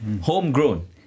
homegrown